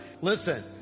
Listen